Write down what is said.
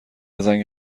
زنگ